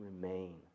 remain